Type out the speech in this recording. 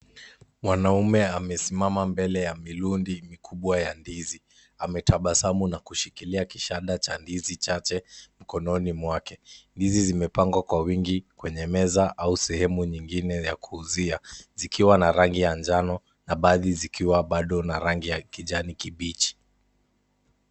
Mwanaume amesimama mbele ya milundi mikubwa ya ndizi ametabasamu na kushikilia kishada cha ndizi chache mkononi mwake ndizi zimepangwa kwa wingi kwenye meza au sehemu nyingine ya kuuzia zikiwa na rangi ya njano na baadhi zikiwa bado na rangi ya kijani kibichi